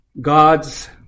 God's